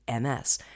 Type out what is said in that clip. MS